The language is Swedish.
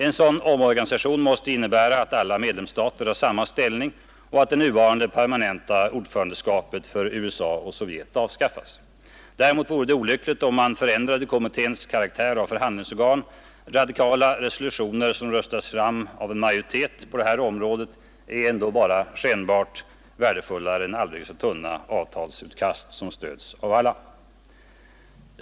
En sådan omorganisation måste innebära att alla 23 mars 1972 medlemsstater har samma ställning och att det nuvarande permanenta ordförandeskapet för USA och Sovjet avskaffas. Däremot vore det olyckligt om man förändrade kommitténs karaktär av förhandlingsorgan. Radikala resolutioner som röstats fram av en majoritet är på det här området ändå bara skenbart värdefullare än aldrig så tunna avtalsutkast som stöds av alla.